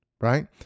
right